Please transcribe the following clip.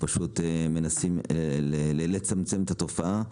ופשוט מנסים לצמצם את התופעה,